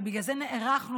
ובגלל זה נערכנו,